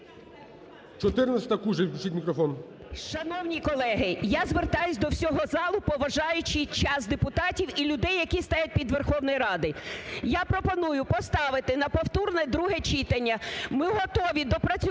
Шановні колеги, я звертаюсь до всього залу, поважаючи час депутатів і людей, які стоять під Верховною Радою. Я пропоную поставити на повторне друге читання, ми готові доопрацювати